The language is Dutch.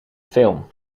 film